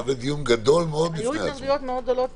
היו התנגדויות גדולות מאוד,